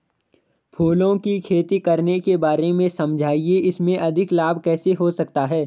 फूलों की खेती करने के बारे में समझाइये इसमें अधिक लाभ कैसे हो सकता है?